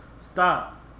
Stop